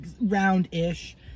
round-ish